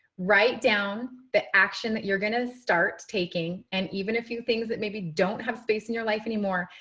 write down the action that you're going to start taking and even a few things that maybe don't have space in your life anymore.